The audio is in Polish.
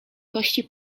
kości